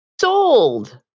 sold